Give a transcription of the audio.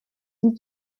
sie